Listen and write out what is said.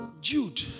Jude